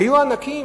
היו ענקים,